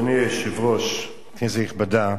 אדוני היושב-ראש, כנסת נכבדה,